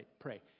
pray